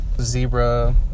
zebra